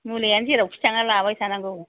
मुलियानो जेरावखि थाङा लाबाय थानांगौ